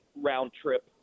round-trip